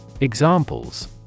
Examples